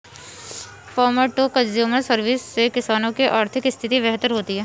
farmer to consumer service से किसानों की आर्थिक स्थिति बेहतर होती है